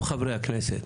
גם חברי הכנסת,